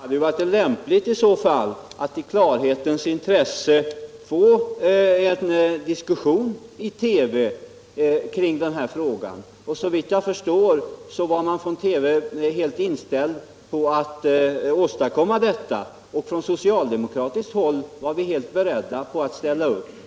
Herr talman! Det hade ju i så fall varit lämpligt att man i klarhetens intresse fått en diskussion i TV kring den här frågan. Såvitt jag förstår var man inom TV helt inställd på att ha en sådan debatt. På socialdemokratiskt håll var vi beredda att ställa upp.